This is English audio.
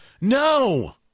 No